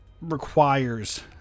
requires